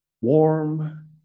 warm